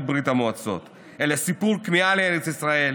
ברית המועצות אלא סיפור הכמיהה לארץ ישראל,